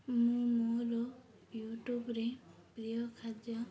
ମୁଁ ମୋର ୟୁଟ୍ୟୁବ୍ରେ ପ୍ରିୟ ଖାଦ୍ୟ